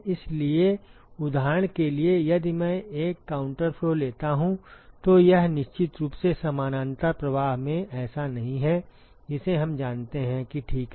इसलिए उदाहरण के लिए यदि मैं एक काउंटर फ्लो लेता हूं तो यह निश्चित रूप से समानांतर प्रवाह में ऐसा नहीं है जिसे हम जानते हैं कि ठीक है